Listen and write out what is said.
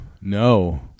No